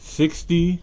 sixty